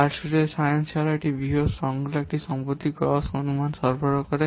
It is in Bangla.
হ্যালস্টেড সফটওয়্যার সায়েন্স এছাড়াও একটি বৃহত সফ্টওয়্যার সংকলনের একটি সম্পত্তির স্থূল অনুমান সরবরাহ করে